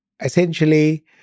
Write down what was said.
essentially